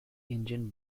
engine